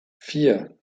vier